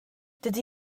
dydy